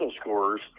scores